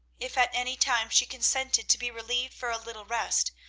if at any time she consented to be relieved for a little rest,